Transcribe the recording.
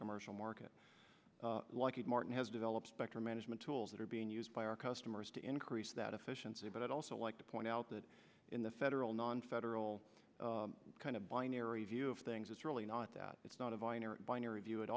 commercial market like martin has developed spectrum management tools that are being used by our customers to increase that efficiency but i'd also like to point out that in the federal nonfederal kind of binary view of things it's really not that it's not a vine or binary view at